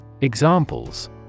Examples